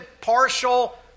partial